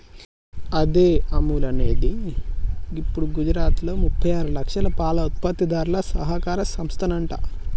అదే అముల్ అనేది గిప్పుడు గుజరాత్లో ముప్పై ఆరు లక్షల పాల ఉత్పత్తిదారుల సహకార సంస్థనంట